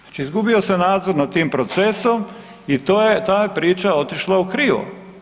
Znači izgubio se nadzor nad tim procesom i ta je priča otišla u krivo.